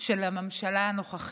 של הממשלה הנוכחית.